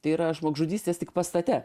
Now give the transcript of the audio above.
tai yra žmogžudystės tik pastate